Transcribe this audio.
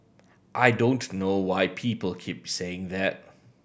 I don't know why people keep saying that